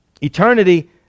Eternity